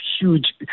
huge